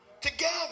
together